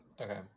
okay